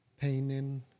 painting